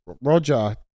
Roger